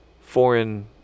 foreign